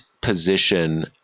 position